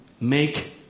make